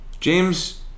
James